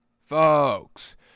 folks